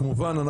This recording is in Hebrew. כמובן,